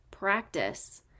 practice